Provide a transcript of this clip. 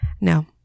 No